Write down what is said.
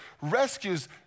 rescues